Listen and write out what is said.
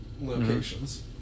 locations